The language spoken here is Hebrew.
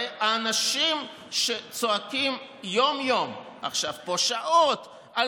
הרי אנשים שצועקים פה יום-יום שעות על